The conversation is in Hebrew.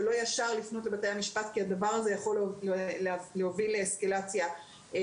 לא ישר לפנות לבתי המשפט כי זה יכול להוביל להחמרה נוספת.